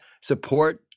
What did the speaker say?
support